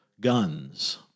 guns